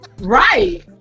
right